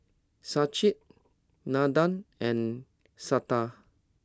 Sachin Nandan and Santha